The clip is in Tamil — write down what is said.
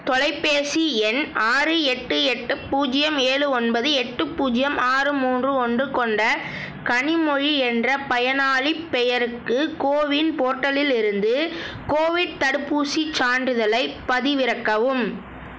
தொலைபேசி எண் ஆறு எட்டு எட்டு பூஜ்ஜியம் ஏழு ஒன்பது எட்டு பூஜ்ஜியம் ஆறு மூன்று ஒன்று கொண்ட கனிமொழி என்ற பயனாளிப் பெயருக்கு கோவின் போர்ட்டலிலிருந்து கோவிட் தடுப்பூசிச் சான்றிதழைப் பதிவிறக்கவும்